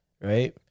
right